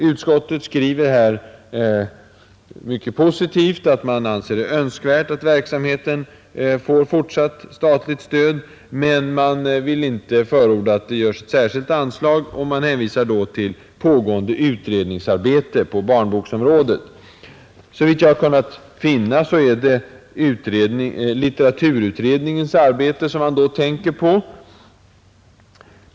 Utskottet skriver mycket positivt att utskottet anser det önskvärt att verksamheten får fortsatt statligt stöd. Man vill dock inte förorda att det ges särskilt anslag och hänvisar då till pågående utredningsarbete på barnboksområdet. Såvitt jag kunnat finna är det litteraturutredningens arbete som avses.